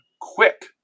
quick